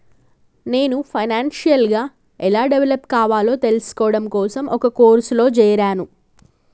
నేను ఫైనాన్షియల్ గా ఎలా డెవలప్ కావాలో తెల్సుకోడం కోసం ఒక కోర్సులో జేరాను